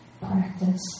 practice